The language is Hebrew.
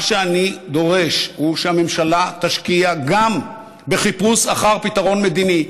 מה שאני דורש הוא שהממשלה תשקיע גם בחיפוש אחר פתרון מדיני,